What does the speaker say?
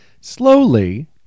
slowly